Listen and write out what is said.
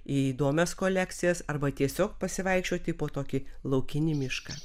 įdomias kolekcijas arba tiesiog pasivaikščioti po tokį laukinį mišką